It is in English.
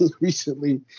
recently